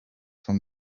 from